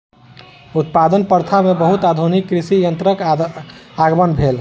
उत्पादन प्रथा में बहुत आधुनिक कृषि यंत्रक आगमन भेल